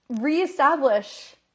reestablish